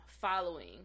following